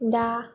बा